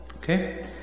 Okay